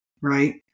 right